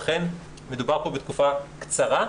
ולכן מדובר פה בתקופה קצרה,